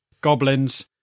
goblins